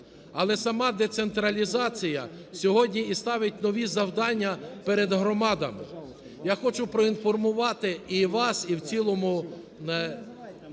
Але сама децентралізація сьогодні і ставить нові завдання перед громадами. Я хочу проінформувати і вас, і в цілому